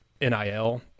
NIL